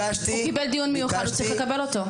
הוא קיבל דיון מיוחד, הוא צריך לקבל אותו.